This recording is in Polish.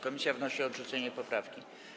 Komisja wnosi o odrzucenie poprawki.